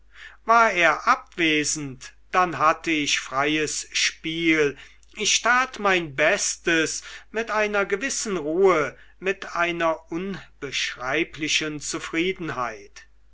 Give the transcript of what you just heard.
war er abwesend dann hatte ich freies spiel ich tat mein bestes mit einer gewissen ruhe mit einer unbeschreiblichen zufriedenheit